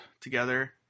together